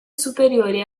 superiori